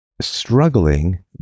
struggling